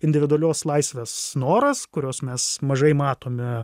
individualios laisvės noras kurios mes mažai matome